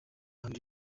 hano